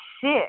sick